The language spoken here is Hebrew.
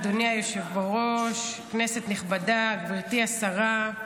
אדוני היושב-ראש, כנסת נכבדה, גברתי השרה,